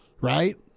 right